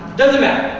doesn't matter.